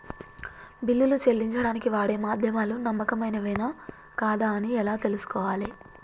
బిల్లులు చెల్లించడానికి వాడే మాధ్యమాలు నమ్మకమైనవేనా కాదా అని ఎలా తెలుసుకోవాలే?